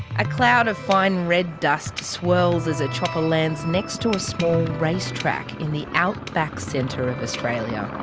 a cloud of fine red dust swirls as a chopper lands next to a small race track in the outback centre of australia.